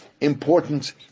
important